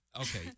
Okay